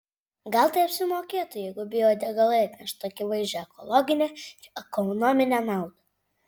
gal tai apsimokėtų jeigu biodegalai atneštų akivaizdžią ekologinę ir ekonominę naudą